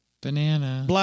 Banana